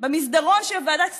במסדרון של ועדת הכספים,